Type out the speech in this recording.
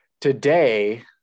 Today